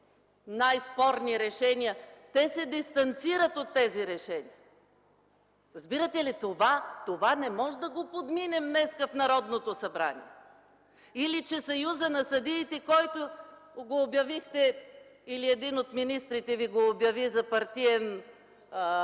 най-спорни решения, се дистанцират от тези решения. Разбирате ли, това не можем да го подминем днес в Народното събрание! Или, че Съюзът на съдиите, който обявихте, или един от министрите ви го обяви за партиен симпатизант.